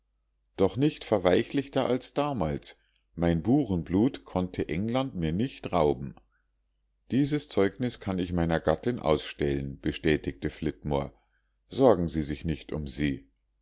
doch nicht verweichlichter als damals mein burenblut konnte england mir nicht rauben dieses zeugnis kann ich meiner gattin ausstellen bestätigte flitmore sorgen sie sich nicht um sie